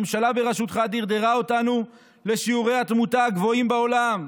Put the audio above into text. הממשלה בראשותך דרדרה אותנו לשיעורי התמותה הגבוהים בעולם,